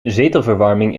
zetelverwarming